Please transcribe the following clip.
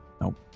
nope